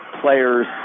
players